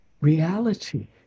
reality